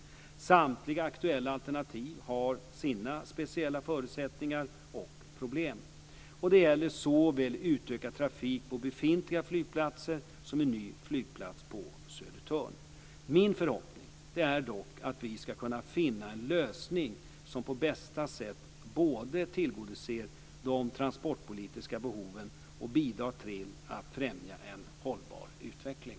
Samtliga aktuella alternativ har sina speciella förutsättningar och problem. Det gäller såväl utökad trafik på befintliga flygplatser som en ny flygplats på Södertörn. Min förhoppning är dock att vi ska kunna finna en lösning som på bästa sätt både tillgodoser de transportpolitiska behoven och bidrar till att främja en hållbar utveckling.